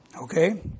Okay